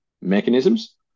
mechanisms